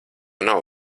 nav